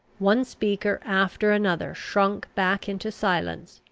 one speaker after another shrunk back into silence,